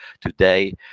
today